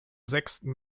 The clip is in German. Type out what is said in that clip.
sechsten